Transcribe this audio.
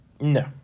No